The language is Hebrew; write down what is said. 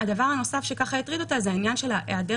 והדבר הנוסף שהטריד את הוועדה זה העניין של היעדר